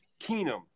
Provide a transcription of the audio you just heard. Keenum